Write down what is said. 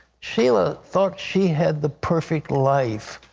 sheila thought she had the perfect life.